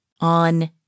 on